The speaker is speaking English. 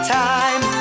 time